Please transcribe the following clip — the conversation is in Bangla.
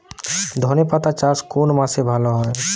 ধনেপাতার চাষ কোন মাসে ভালো হয়?